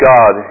God